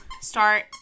start